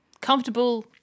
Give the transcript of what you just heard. Comfortable